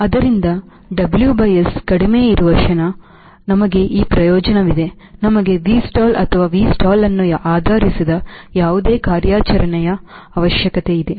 ಆದ್ದರಿಂದ WS ಕಡಿಮೆ ಇರುವ ಕ್ಷಣ ನಮಗೆ ಈ ಪ್ರಯೋಜನವಿದೆ ನಮಗೆ V stall ಅಥವಾ V stall ಅನ್ನು ಆಧರಿಸಿದ ಯಾವುದೇ ಕಾರ್ಯಾಚರಣೆಯ ಅವಶ್ಯಕತೆಯಿದೆ